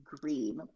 green